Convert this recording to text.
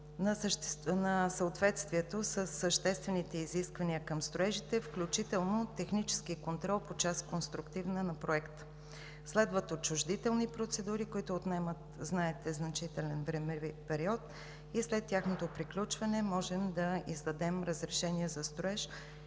…на съответствието със съществените изисквания към строежите, включително технически контрол по част „Конструктивна“ на проекта. Следват отчуждителни процедури, които отнемат, знаете, значителен времеви период, и след тяхното приключване можем да издадем разрешение за строеж